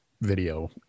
video